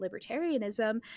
libertarianism